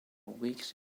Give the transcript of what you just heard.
weeks